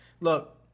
look